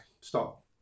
stop